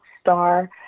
star